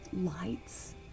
lights